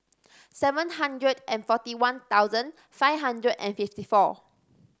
seven hundred and forty one thousand five hundred and fifty four